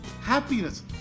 Happiness